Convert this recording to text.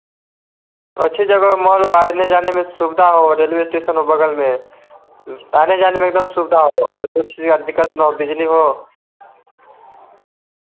अच्छी जगह मॉल आने जाने में सुविधा हो रेलवे स्टेशन हो बगल में है आने जाने में एकदम सुविधा हो और कुछ या दिक्कत ना हो बिजली हो